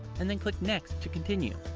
and then click next to continue.